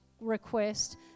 request